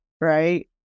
right